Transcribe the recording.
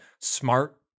smart